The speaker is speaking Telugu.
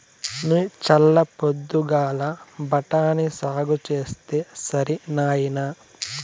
నీ చల్ల పొద్దుగాల బఠాని సాగు చేస్తే సరి నాయినా